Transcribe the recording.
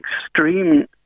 extreme